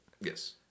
Yes